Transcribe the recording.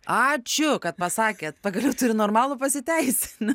ačiū kad pasakėt pagaliau turiu normalų pasiteisini